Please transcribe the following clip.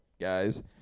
guys